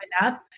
enough